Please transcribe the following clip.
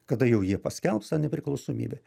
kada jau jie paskelbs tą nepriklausomybę